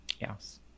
Yes